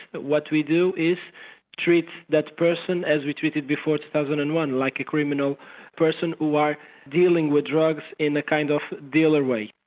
but what we do is treat that person as we treated before two thousand and one, like a criminal person who are dealing with drugs in a kind of dealer way.